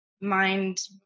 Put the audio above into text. mind